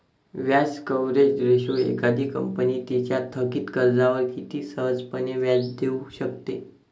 व्याज coverage ratio एखादी company तिच्या थकित कर्जावर किती सहजपणे व्याज देऊ शकते